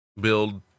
build